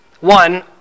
One